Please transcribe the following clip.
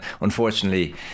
unfortunately